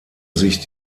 sich